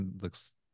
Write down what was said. looks